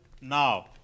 now